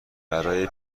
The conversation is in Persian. برا